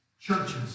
churches